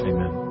Amen